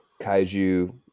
Kaiju